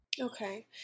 Okay